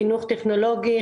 חינוך טכנולוגי,